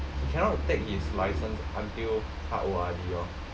he cannot take his license until 他 O_R_D orh